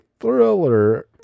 thriller